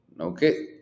Okay